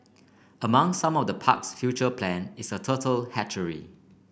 among some of the park's future plan is a turtle hatchery